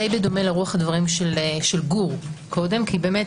די בדומה לרוח הדברים של גור קודם כי באמת